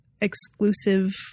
exclusive